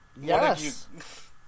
Yes